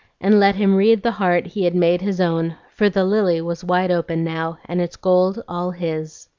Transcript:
and let him read the heart he had made his own, for the lily was wide open now, and its gold all his.